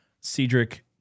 Cedric